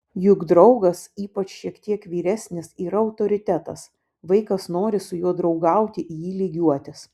juk draugas ypač šiek tiek vyresnis yra autoritetas vaikas nori su juo draugauti į jį lygiuotis